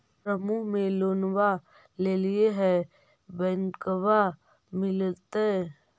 समुह मे लोनवा लेलिऐ है बैंकवा मिलतै?